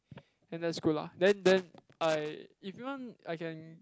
then that's good lah then then I if you want I can